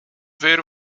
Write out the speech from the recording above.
ver